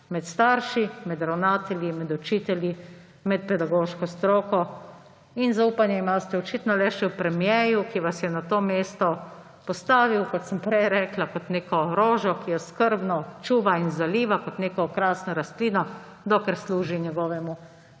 med starši, med ravnatelji, med učitelji, med pedagoško stroko in zaupanje imate očitno le še v premierju, ki vas je na to mesto postavil, kot sem prej rekla, kot neko rožo, ki jo skrbno čuva in zaliva, kot neko okrasno rastlino, dokler služi njegovemu